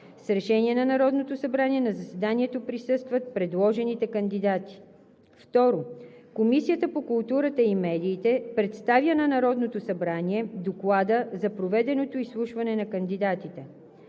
С решение на Народното събрание на заседанието присъстват предложените кандидати. 2. Комисията по културата и медиите представя на Народното събрание Доклада за проведеното изслушване на кандидатите.